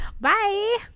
bye